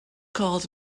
called